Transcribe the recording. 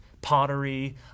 pottery